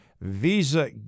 Visa